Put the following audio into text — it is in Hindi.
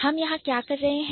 हम यहां क्या कर रहे हैं